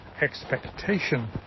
expectation